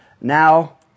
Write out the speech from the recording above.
Now